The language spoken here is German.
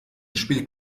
spielt